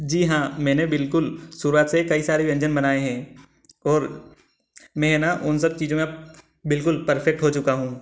जी हाँ मैंने बिल्कुल शुरुआत से कई सारे व्यंजन बनाएँ हैं और मैं ना उन सब चीज़ों में बिल्कुल परफ़ेक्ट हो चुका हूँ